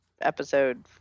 episode